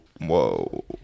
Whoa